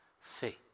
faith